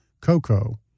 Coco